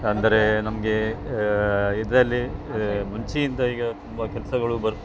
ಅಂದರೆ ನಮಗೆ ಇದರಲ್ಲಿ ಮುಂಚೆಗಿಂತ ಈಗ ತುಂಬ ಕೆಲಸಗಳು ಬರ್ತ